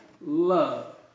love